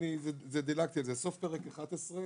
סוף פרק 11,